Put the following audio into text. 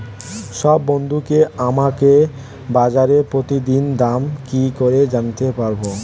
সব বন্ধুকে আমাকে বাজারের প্রতিদিনের দাম কি করে জানাতে পারবো?